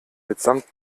mitsamt